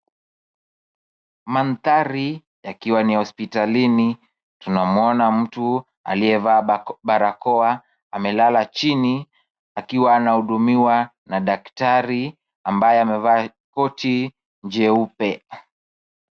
Mandhari yakiwa ni ya hospitalini tunamwona mtu aliyevaa barakoa amelala chini akiwa anahudumiwa na daktari ambaye amevaa koti jeupe.